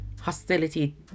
Hostility